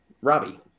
Robbie